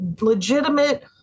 legitimate